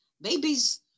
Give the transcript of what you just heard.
babies